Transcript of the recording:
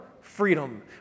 freedom